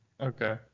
Okay